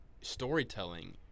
storytelling